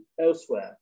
elsewhere